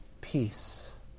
peace